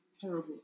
terrible